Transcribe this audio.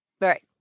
Right